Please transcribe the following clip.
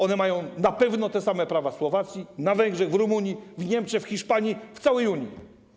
One mają na pewno te same prawa na Słowacji, na Węgrzech, w Rumunii, w Niemczech, w Hiszpanii, w całej Unii.